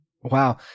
Wow